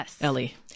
Ellie